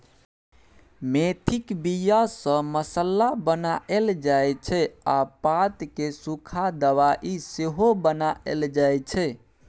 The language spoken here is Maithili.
मेथीक बीया सँ मसल्ला बनाएल जाइ छै आ पात केँ सुखा दबाइ सेहो बनाएल जाइ छै